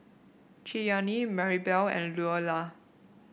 Cheyanne Marybelle and Loula